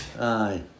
Aye